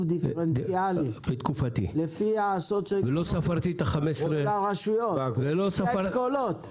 דיפרנציאלי לרשויות לפי הסוציואקונומי לפי האשכולות.